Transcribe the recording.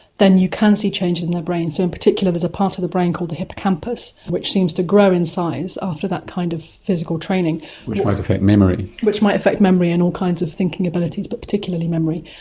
then you can see changes in their brains. in particular there's a part of the brain called the hippocampus which seems to grow in size after that kind of physical training, norman swan which might affect memory. which might affect memory and all kinds of thinking abilities but particularly memory.